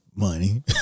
Money